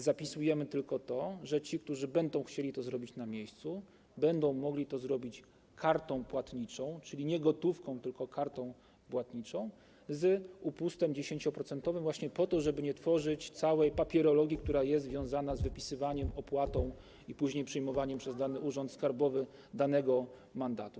Zapisujemy tylko to, że ci, którzy będą chcieli to zrobić na miejscu, będą mogli to zrobić kartą płatniczą, czyli nie gotówką, tylko kartą płatniczą, z 10-procentowym upustem właśnie po to, żeby nie tworzyć całej papierologii, która jest związana z wypisywaniem, opłatą i później przyjmowaniem przez dany urząd skarbowy danego mandatu.